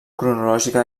cronològica